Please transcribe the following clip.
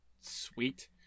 sweet